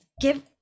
Give